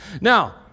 Now